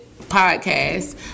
podcast